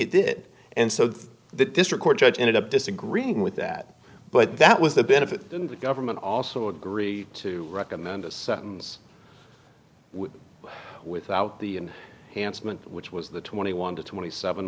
it did and so the district court judge ended up disagreeing with that but that was the benefit and the government also agree to recommend a sentance without the and handsome and which was the twenty one to twenty seven